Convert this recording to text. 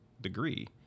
degree